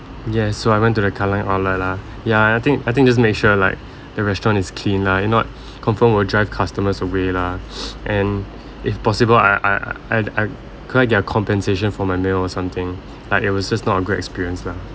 yes so I went to the kallang outlet lah ya I think I think just make sure like the restaurant is clean lah if not confirm will drive customers away lah and if possible I I I I could I get a compensation for my meal or something like it was just not a great experience lah